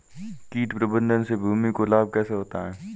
कीट प्रबंधन से भूमि को लाभ कैसे होता है?